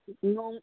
ꯅꯣꯡ